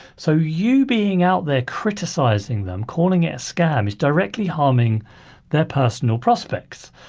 so you being out there criticizing them, calling it a scam is directly harming their personal prospects.